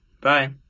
Bye